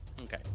Okay